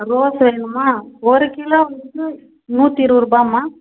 rose வேணுமா ஒரு kilo வந்து நூற்றி இருபது ரூபாம்மா